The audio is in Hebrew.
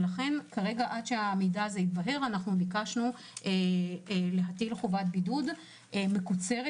לכן עד שהמידע הזה יתבהר ביקשנו להטיל חובת בידוד מקוצרת